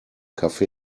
cafe